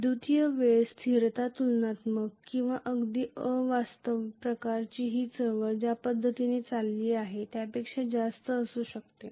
विद्युतीय वेळ स्थिरता तुलनात्मक किंवा अगदी अवास्तव प्रकारची आहे ही हालचाल ज्या पद्धतीने चालली आहे त्यापेक्षा जास्त असू शकते